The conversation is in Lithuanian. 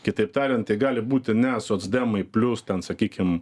kitaip tariant tai gali būti ne socdemai plius ten sakykim